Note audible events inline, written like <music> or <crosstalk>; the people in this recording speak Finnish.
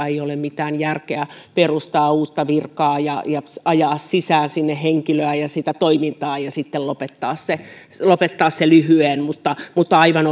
<unintelligible> ei ole mitään järkeä perustaa uutta virkaa ja ja <unintelligible> ajaa sinne sisään henkilöä ja sitä toimintaa ja sitten lopettaa se <unintelligible> <unintelligible> <unintelligible> <unintelligible> <unintelligible> lopettaa se lyhyeen mutta <unintelligible> mutta aivan <unintelligible>